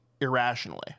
irrationally